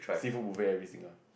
seafood buffet every single